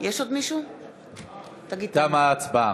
תמה ההצבעה.